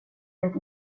vet